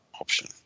option